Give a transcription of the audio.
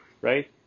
right